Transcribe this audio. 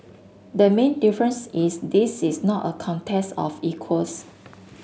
the main difference is this is not a contest of equals